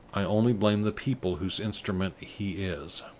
i only blame the people whose instrument he is.